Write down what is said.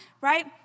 right